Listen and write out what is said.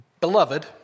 beloved